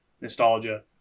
nostalgia